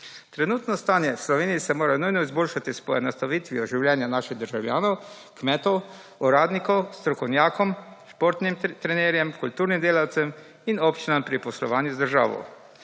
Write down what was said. Trenutno stanje v Sloveniji se mora nujno izboljšati s poenostavitvijo življenja naših državljanov, kmetov, uradnikov, strokovnjakom, športnim trenerjem, kulturnim delavcem in občinam pri poslovanju z državo.